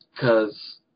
cause